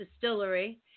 distillery